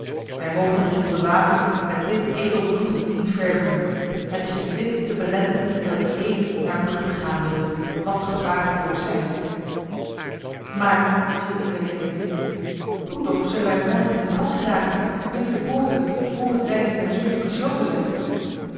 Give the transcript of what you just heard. wij mogen dus onze wapens met dit edel bloed niet verven het is om dit te beletten dat ik heden naar brugge gaan wil wat gevaar er ook zij maar viel een der dekens in hoe toch zullen wij morgen in de stad geraken mits de poorten voor het rijzen der zon gesloten zijn